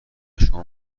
شما